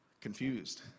confused